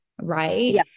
right